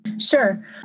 Sure